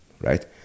right